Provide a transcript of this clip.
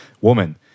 woman